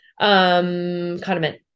condiment